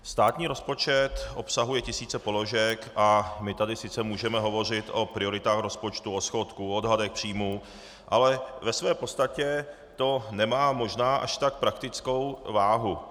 Státní rozpočet obsahuje tisíce položek a my tady sice můžeme hovořit o prioritách rozpočtu, o schodku, o odhadech příjmů, ale ve své podstatě to nemá možná až tak praktickou váhu.